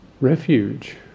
refuge